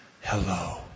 hello